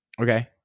Okay